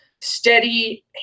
steady